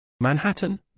Manhattan